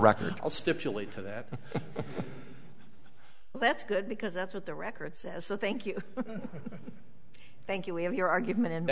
record i'll stipulate to that well that's good because that's what the record says so thank you thank you we have your argument and